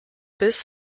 bis